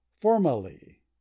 formally